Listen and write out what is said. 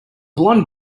blond